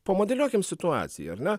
pamodeliuokim situaciją ar ne